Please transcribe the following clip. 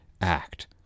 act